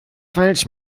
falsch